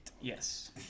Yes